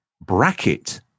bracket